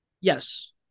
Yes